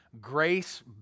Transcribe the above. grace